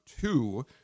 two